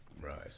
Right